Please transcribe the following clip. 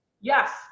Yes